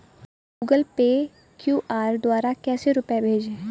Google Pay QR द्वारा कैसे रूपए भेजें?